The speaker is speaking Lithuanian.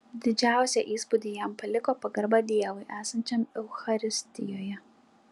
didžiausią įspūdį jam paliko pagarba dievui esančiam eucharistijoje